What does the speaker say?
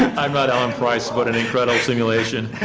um not alan price but an incredible simulation.